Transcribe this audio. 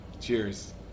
cheers